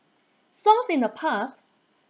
songs in the past